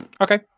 Okay